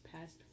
past